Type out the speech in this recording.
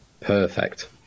Perfect